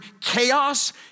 chaos